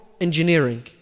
engineering